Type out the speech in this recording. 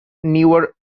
newer